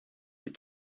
die